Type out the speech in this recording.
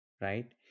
Right